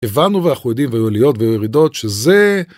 הבנו ואנחנו יודעים והיו עליות והיו ירידות שזה...